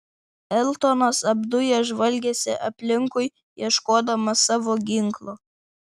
eltonas apdujęs žvalgėsi aplinkui ieškodamas savo ginklo